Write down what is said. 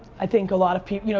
i think a lot of people, you know,